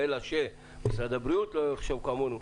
אלא שמשרד הבריאות לא יחשוב כמונו,